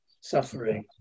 suffering